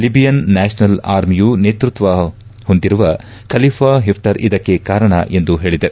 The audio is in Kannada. ಲಬಿಯನ್ ನ್ಯಾಷನಲ್ ಆರ್ಮಿಯ ನೇತೃತ್ವ ಹೊಂದಿರುವ ಖಲಿಫಾ ಓಪ್ಟರ್ ಇದಕ್ಕೆ ಕಾರಣ ಎಂದು ಹೇಳದೆ